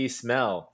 smell